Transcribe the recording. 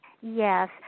Yes